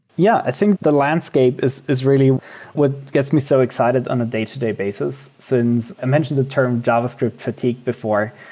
yeah, i think the landscape is is really what gets me so excited on a day-to-day basis. since i mentioned the term javascript fatigue before,